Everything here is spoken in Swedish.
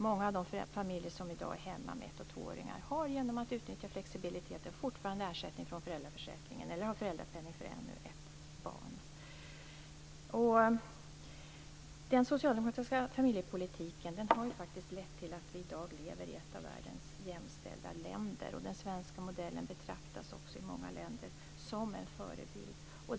Många av de familjer som i dag är hemma med ett och tvååringar har genom att utnyttja flexibiliteten fortfarande ersättning från föräldraförsäkringen eller föräldrapenning för ännu ett barn. Den socialdemokratiska familjepolitiken har faktiskt lett till att vi i dag lever i ett av världens mest jämställda länder. Den svenska modellen betraktas också i många länder som en förebild.